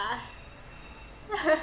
ah